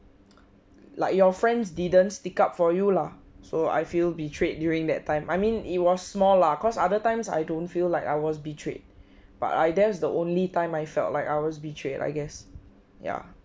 like your friends didn't stick up for you lah so I feel betrayed during that time I mean it was small lah cause other times I don't feel like I was betrayed but I that's the only time I felt like I was betrayed I guess ya